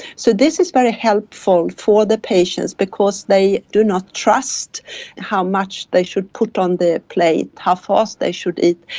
so this is very helpful for the patients because they do not trust how much they should put on their plate, how fast they should eat,